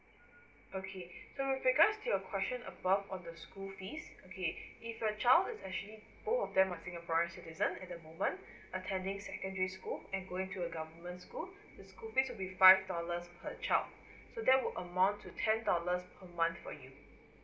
okay so with regards to your question above on the school fees okay if your child is actually both of them are singaporean citizen at that moment attending secondary school and going to ae government school the school fees will be five dollars per child so that will amount to ten dollars per month for you